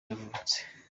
yavutse